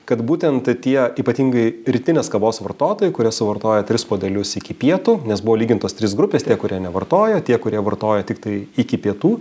kad būtent tie ypatingai rytinės kavos vartotojai kurie suvartoja tris puodelius iki pietų nes buvo lygintos trys grupės tie kurie nevartojo tie kurie vartojo tiktai iki pietų